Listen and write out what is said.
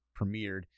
premiered